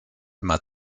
immer